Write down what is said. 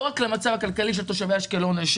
לא רק למצב הכלכלי של תושבי אשקלון.